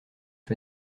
les